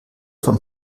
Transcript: von